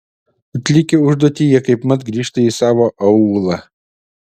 atlikę užduotį jie kaipmat grįžta į savo aūlą